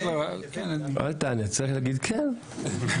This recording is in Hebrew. אל תענה, צריך להגיד 'כן'.